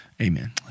Amen